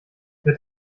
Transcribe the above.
wird